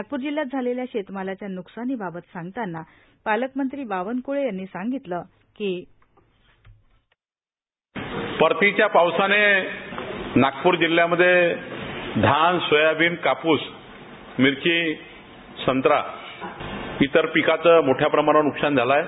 नागपूर जिल्ह्यात झालेल्या शेतमालाच्या बुकसानीबाबत सांगताना पालकमंत्री बावनकुळे यांनी सांगितलं की साऊंड बाईट परतीच्या पावसानं नागपूर जिल्ह्यामध्ये भात सोयाबीन कापूस मिर्ची संत्रा इतर पिकांचं मोठ्या प्रमाणात व्रकसान झालं आहे